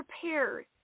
prepared